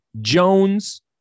Jones